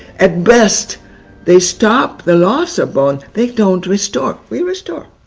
at best they stop the loss of bone, they don't restore. we restore.